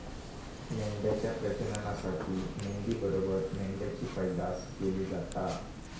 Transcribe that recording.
मेंढ्यांच्या प्रजननासाठी मेंढी बरोबर मेंढ्यांची पैदास केली जाता